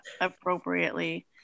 appropriately